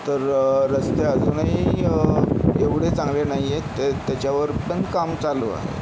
तर रस्ते अजूनही एवढे चांगले नाही आहेत ते त्याच्यावर पण काम चालू आहे